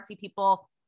people